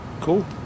Cool